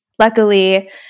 luckily